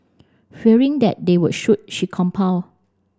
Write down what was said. fearing that they would shoot she compile